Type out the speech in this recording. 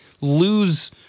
lose